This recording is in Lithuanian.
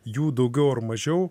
jų daugiau ar mažiau